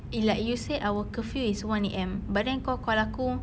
eh like you said our curfew is one A_M but then kau call aku